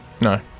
No